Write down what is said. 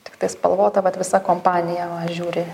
tiktai spalvota vat visa kompanija žiūri